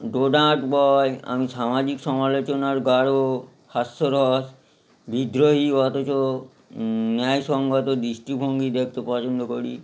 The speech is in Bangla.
আমি সামাজিক সমালোচনার গাঢ় হাস্যরস বিদ্রোহী অথচ ন্যায় সঙ্গত দৃষ্টিভঙ্গি দেখতে পছন্দ করি